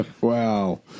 wow